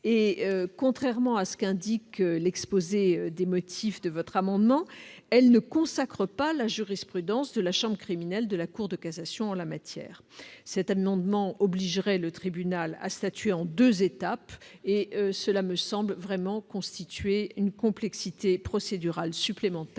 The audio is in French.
contrairement à ce qu'indique l'exposé des motifs de votre amendement, elle ne consacre pas la jurisprudence de la chambre criminelle de la Cour de cassation en la matière. L'adoption de cet amendement obligerait le tribunal à statuer en deux étapes, ce qui me semble vraiment constituer une complexité procédurale supplémentaire,